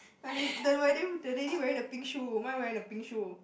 my lad~ the w~ the lady wearing the pink shoe mine wearing the pink shoe